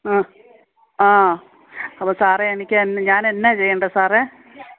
ആ ആ അപ്പോൾ സാറേ എനിക്ക് ഞാൻ എന്നാ ചെയ്യേണ്ടത് സാറേ